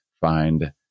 find